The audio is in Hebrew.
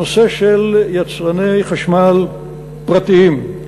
הנושא של יצרני חשמל פרטיים,